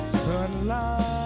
sunlight